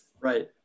Right